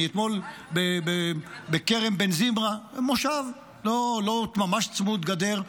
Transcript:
אני, אתמול בכרם בן זמרה, מושב, לא ממש צמוד גדר,